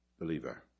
believer